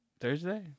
thursday